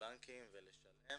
לבנקים ולשלם.